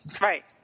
Right